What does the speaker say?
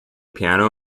piano